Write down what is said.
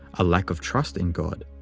a lack of trust in god.